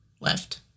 left